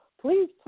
please